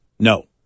No